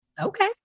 Okay